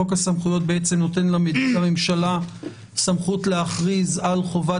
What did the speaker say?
חוק הסמכויות נותן לממשלה סמכות להכריז על חובת